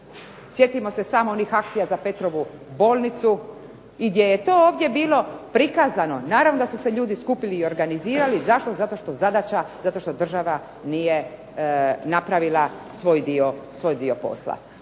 Sjetimo se samo onih akcija za Petrovu bolnicu, gdje je to ovdje bilo prikazano. Naravno da su se ljudi skupili i organizirali zašto, zato što država nije napravila svoj dio posla.